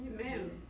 Amen